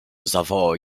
zawołał